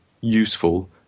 useful